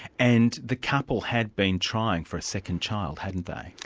and the couple had been trying for a second child, hadn't they?